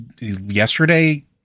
yesterday